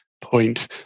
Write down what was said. point